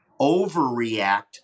overreact